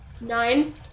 Nine